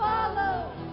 Follow